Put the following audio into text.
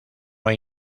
hay